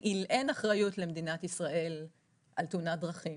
אין למדינת ישראל אחריות על תאונת דרכים,